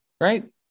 Right